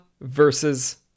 versus